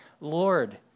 Lord